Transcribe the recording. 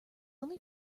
only